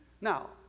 Now